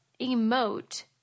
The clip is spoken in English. emote